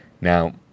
now